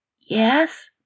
Yes